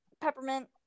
Peppermint